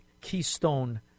keystone